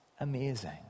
amazing